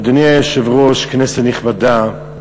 אדוני היושב-ראש, כנסת נכבדה,